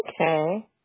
okay